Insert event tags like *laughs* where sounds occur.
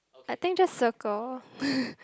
I think just circle *laughs*